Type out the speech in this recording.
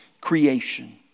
creation